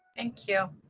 thank you.